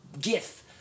gif